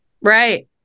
Right